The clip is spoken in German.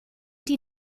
die